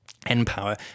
NPower